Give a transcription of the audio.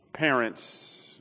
parents